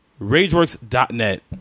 rageworks.net